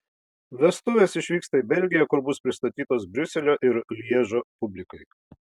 vestuvės išvyksta į belgiją kur bus pristatytos briuselio ir lježo publikai